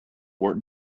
work